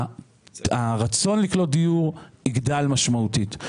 הרצון לקלוט דיור יגדל משמעותית.